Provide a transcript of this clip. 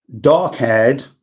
dark-haired